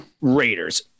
Raiders